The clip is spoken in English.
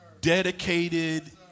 dedicated